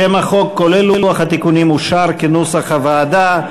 שם החוק אושר כנוסח הוועדה.